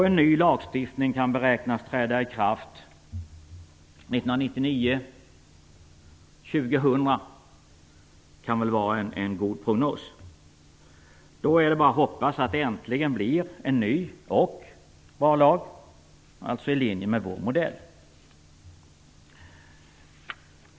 En ny lagstiftning kan beräknas träda i kraft 1999 eller 2000 - det kan vara en god prognos. Då är det bara att hoppas att det äntligen blir en ny och bra lag, alltså i linje med vår modell.